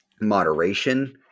moderation